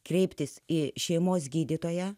kreiptis į šeimos gydytoją